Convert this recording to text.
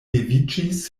leviĝis